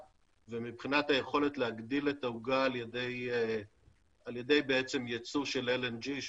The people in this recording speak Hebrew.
ומבחינת היכולת להגדיל את העוגה על ידי בעצם יצוא של LNG,